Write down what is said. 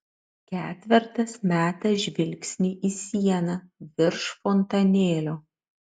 ketvertas meta žvilgsnį į sieną virš fontanėlio